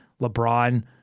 LeBron